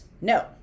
No